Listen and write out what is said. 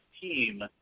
team